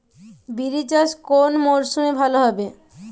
বিরি চাষ কোন মরশুমে ভালো হবে?